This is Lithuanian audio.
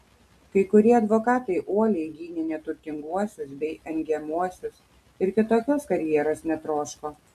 kai kurie advokatai uoliai gynė neturtinguosius bei engiamuosius ir kitokios karjeros netroško